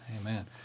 Amen